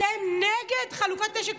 אתם נגד חלוקת נשק.